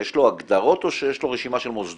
יש לו הגדרות או שיש לו רשימה של מוסדות?